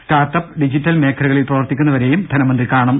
startup digital മേഖ്ലകളിൽ പ്രവർത്തി ക്കുന്നവരെയും ധനമന്ത്രി കാണും